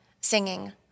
singing